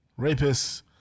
Rapists